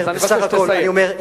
סך הכול אני אומר,